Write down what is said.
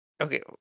Okay